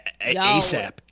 ASAP